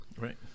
Right